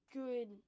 good